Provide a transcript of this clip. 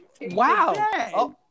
Wow